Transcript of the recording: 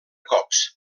cops